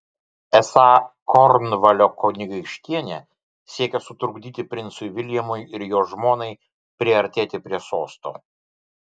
esą kornvalio kunigaikštienė siekia sutrukdyti princui viljamui ir jo žmonai priartėti prie sosto